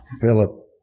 Philip